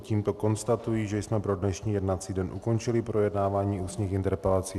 Tímto konstatuji, že jsme pro dnešní jednací den ukončili projednávání ústních interpelací.